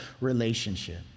relationship